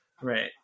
Right